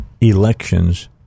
Elections